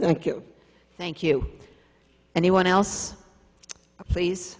thank you thank you anyone else place